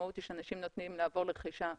המשמעות היא שאנשים נוטים לעבור לרכישה מקוונת,